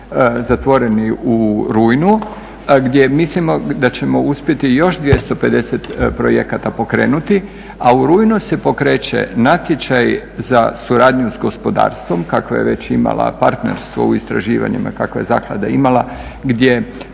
zatvoreni u rujnu gdje mislimo da ćemo uspjeti još 250 projekata pokrenuti, a u rujnu se pokreće natječaj za suradnju s gospodarstvom kakva je već imala partnerstvo u istraživanja kakve je zaklada imala gdje